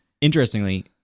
Interestingly